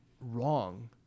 wrong